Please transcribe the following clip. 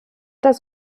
das